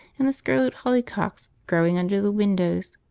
and the scarlet holly-hocks growing under the windows.